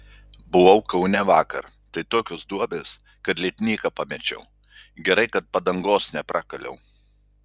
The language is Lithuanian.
buvau kaune vakar tai tokios duobės kad lietnyką pamečiau gerai kad padangos neprakaliau